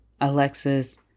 Alexis